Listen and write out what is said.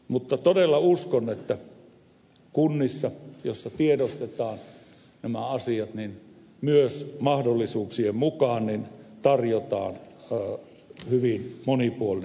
mutta todella uskon että kunnissa joissa tiedostetaan nämä asiat myös mahdollisuuksien mukaan tarjotaan hyvin monipuolista kerhotoimintaa